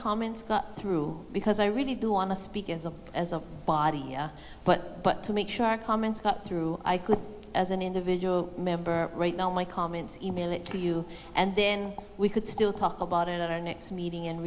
comments got through because i really do want to speak as a body but but to make sure our comments got through as an individual member right now my comments email it to you and then we could still talk about it at our next meeting and